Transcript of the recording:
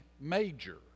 major